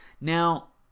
Now